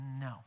No